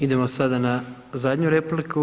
Idemo sada na zadnju repliku.